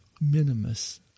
Minimus